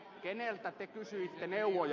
keneltä te kysyitte neuvoja